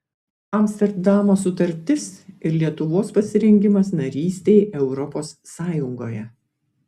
amsterdamo sutartis ir lietuvos pasirengimas narystei europos sąjungoje